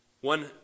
One